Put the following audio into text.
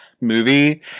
movie